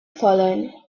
fallen